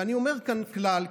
ואני אומר כאן כלל,